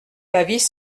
l’avis